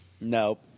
Nope